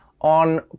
on